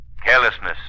Carelessness